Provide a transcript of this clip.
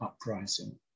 uprising